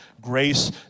grace